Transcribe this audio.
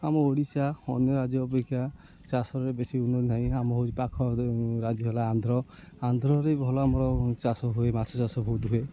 ଆମ ଓଡ଼ିଶା ଅନ୍ୟ ରାଜ୍ୟ ଅପେକ୍ଷା ଚାଷରେ ବେଶୀ ଉନ୍ନତି ନାହିଁ ଆମ ହେଉଛି ପାଖ ରାଜ୍ୟ ହେଲା ଆନ୍ଧ୍ର ଆନ୍ଧ୍ରରେ ଭଲ ଆମର ଚାଷ ହୁଏ ମାଛ ଚାଷ ବହୁତ ହୁଏ